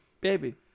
baby